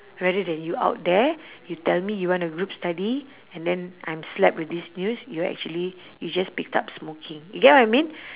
rather than you out there you tell me you want to group study and then I'm slapped with this news you're actually you just picked up smoking you get what I mean